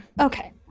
Okay